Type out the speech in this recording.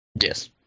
Yes